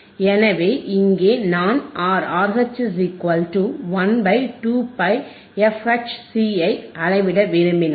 எனவே இங்கே நான் R RH 1 2πfHC ஐ அளவிட விரும்பினால்